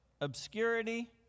obscurity